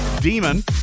Demon